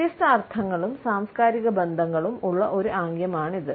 വ്യത്യസ്ത അർത്ഥങ്ങളും സാംസ്കാരിക ബന്ധങ്ങളും ഉള്ള ഒരു ആംഗ്യമാണിത്